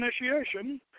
initiation